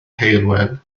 heulwen